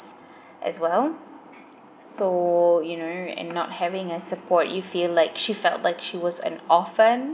as well so you know and not having a support you feel like she felt like she was an orphan